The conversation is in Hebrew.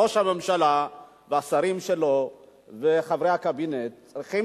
ראש הממשלה והשרים שלו וחברי הקבינט צריכים